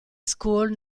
school